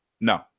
No